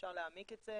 אפשר להעמיק את זה.